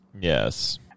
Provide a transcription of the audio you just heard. yes